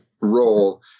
role